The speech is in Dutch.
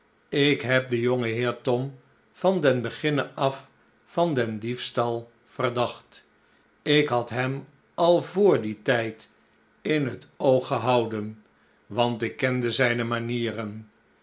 ik heb den jongenheer tom van den beginne af van dien diefstal verdacht ik had hem al voor dien tijd in het oog gehouden want ik kende zijne manieren